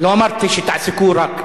לא אמרתי שתעסקו רק,